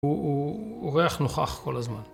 הוא ריח נוכח כל הזמן.